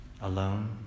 alone